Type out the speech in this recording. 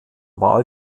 wahl